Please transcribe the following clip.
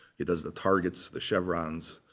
he does the targets, the chevrons.